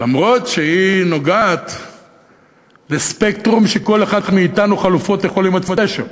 למרות שהיא נוגעת לספקטרום שכל אחד מאתנו חליפות יכול להימצא שם